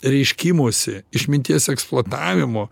reiškimosi išminties eksploatavimo